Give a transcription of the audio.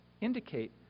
indicate